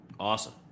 Awesome